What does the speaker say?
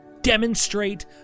demonstrate